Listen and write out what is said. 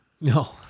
No